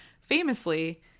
famously